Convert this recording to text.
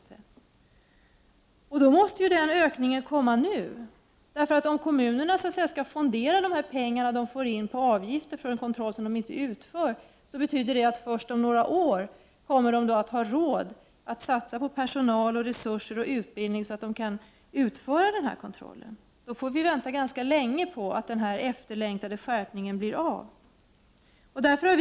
139 Den ökningen måste komma nu. Om kommunerna skall fondera de pengar man får in för en kontroll som inte utförs, betyder detta att de först om några år kommer att få råd att satsa på personal, resurser och utbildning så att de kan utföra kontrollen. Vi får då vänta ganska länge på att den efterlängtade skärpningen av kontrollen blir av.